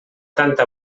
tanta